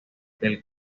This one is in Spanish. del